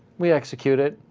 we execute it,